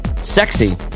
sexy